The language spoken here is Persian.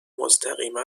مستقیما